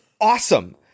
awesome